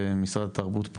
רחובות,